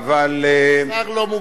אבל, שר לא מוגבל.